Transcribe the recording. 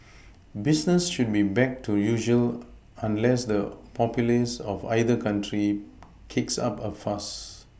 business should be back to usual unless the populace of either country kicks up a fuss